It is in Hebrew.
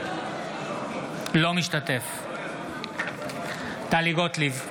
אינו משתתף בהצבעה טלי גוטליב,